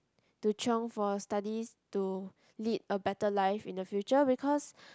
to chiong for studies to lead a better life in the future because